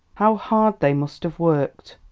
how hard they must have worked.